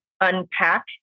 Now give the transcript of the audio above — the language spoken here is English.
unpack